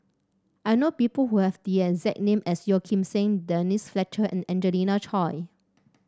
I know people who have the exact name as Yeo Kim Seng Denise Fletcher and Angelina Choy